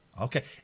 Okay